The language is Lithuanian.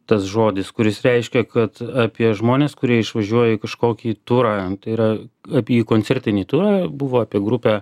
tas žodis kuris reiškia kad apie žmones kurie išvažiuoja į kažkokį turą tai yra apie į koncertinį turą buvo apie grupę